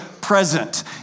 present